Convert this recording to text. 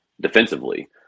defensively